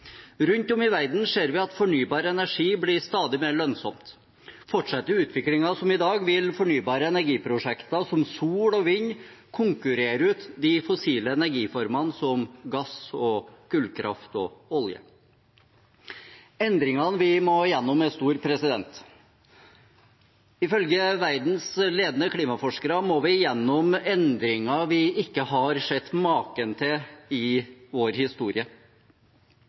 Rundt om i verden ser vi at fornybar energi blir stadig mer lønnsomt. Fortsetter utviklingen som i dag, vil fornybare energiprosjekter som sol og vind konkurrere ut de fossile energiformene som gass, kullkraft og olje. Endringene vi må gjennom, er store. Ifølge verdens ledende klimaforskere må vi gjennom endringer vi ikke har sett maken til i vår historie.